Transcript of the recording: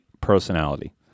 personality